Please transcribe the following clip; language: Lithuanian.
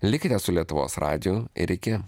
likite su lietuvos radiju ir iki